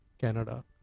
Canada